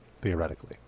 theoretically